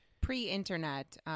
Pre-internet